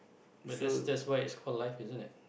but that's that's why is called life isn't it